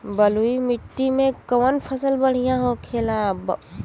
बलुई मिट्टी में कौन फसल बढ़ियां होखे ला?